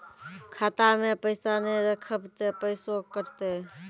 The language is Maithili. खाता मे पैसा ने रखब ते पैसों कटते?